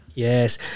Yes